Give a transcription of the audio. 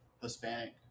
Hispanic